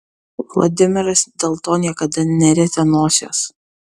vladimiras dėl to niekada nerietė nosies